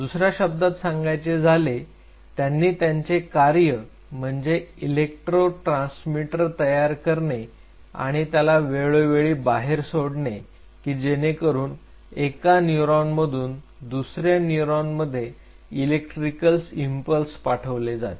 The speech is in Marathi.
दुसऱ्या शब्दात सांगायचे झाले त्यांनी त्यांचे कार्य म्हणजे इलेक्ट्रो ट्रान्समीटर तयार करणे आणि त्याला वेळोवेळी बाहेर सोडणे की जेणेकरून एका न्यूरॉनमधून दुसऱ्या न्यूरॉनमध्ये इलेक्ट्रिकल इंपल्स पाठवले जातील